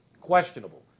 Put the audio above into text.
questionable